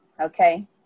okay